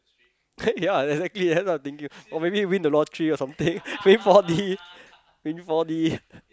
ya exactly that's what I'm thinking or maybe win the lottery or something win four-D win four-D